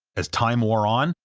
as time wore on,